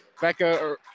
Becca